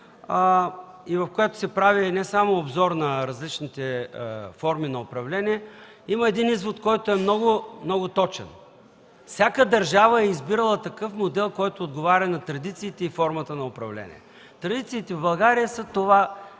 и в което се прави не само обзор на различните форми на управление, има един извод, който е много точен. Всяка държава е избирала такъв модел, който отговаря на традициите и формата на управление. Традициите в България са това